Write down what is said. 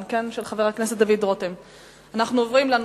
בעד, 29, לא היו מתנגדים